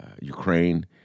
Ukraine